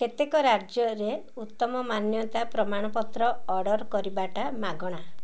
କେତେକ ରାଜ୍ୟରେ ଉତ୍ତମ ମାନ୍ୟତା ପ୍ରମାଣପତ୍ର ଅର୍ଡ଼ର୍ କରିବାଟା ମାଗଣା